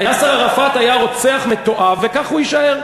יאסר ערפאת היה רוצח מתועב, וכך הוא יישאר.